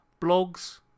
blogs